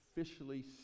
officially